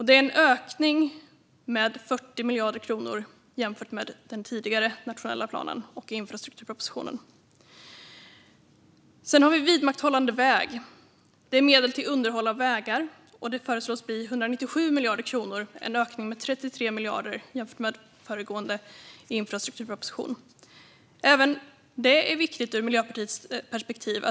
Det är en ökning med 40 miljarder kronor jämfört med den tidigare nationella planen och infrastrukturpropositionen. Sedan har vi vidmakthållande väg. Medel till underhåll av vägar föreslås bli 197 miljarder kronor, en ökning med 33 miljarder kronor jämfört med föregående infrastrukturproposition. Även detta är viktigt ur Miljöpartiets perspektiv.